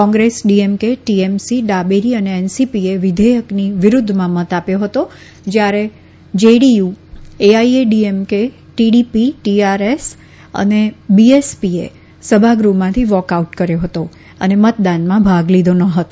Congress DMK TMC ડાબેરી અને એનસીપીએ વિધેયકની વિરૂધ્ધમાં મત આપ્યો હતો જયારે જેડીયુ એઆઈડીએમકે ટીડીપી ટીઆરએસ અને બીએસપીએ સભાગૃહમાંથી વોકઆઉટ કર્યો હતો અને મતદાનમાં ભાગ લીધો ન હતો